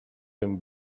them